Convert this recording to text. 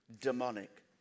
demonic